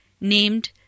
named